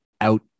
out